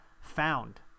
found